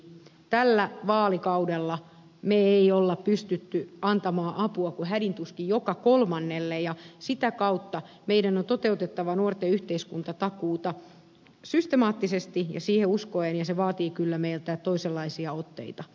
tällä vaalikaudella me emme ole pystyneet antamaan apua kuin hädin tuskin joka kolmannelle ja sitä kautta meidän on toteutettava nuorten yhteiskuntatakuuta systemaattisesti ja siihen uskoen ja se vaatii kyllä meiltä toisenlaisia otteita